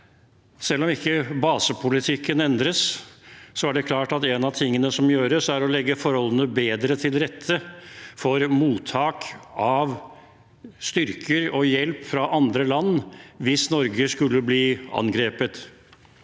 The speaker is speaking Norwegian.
Selv om basepolitikken ikke endres, er det klart at en av tingene som gjøres, er å legge forholdene bedre til rette for mottak av styrker og hjelp fra andre land hvis Norge skulle bli angrepet.